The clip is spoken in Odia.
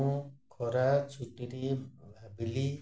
ମୁଁ ଖରା ଛୁଟିଟିଏ ଭାବିଲି